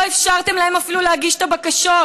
לא אפשרתם להם אפילו להגיש את הבקשות.